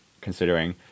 considering